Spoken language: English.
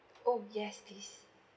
oh yes please